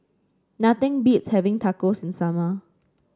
nothing beats having Tacos in the summer